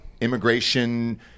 immigration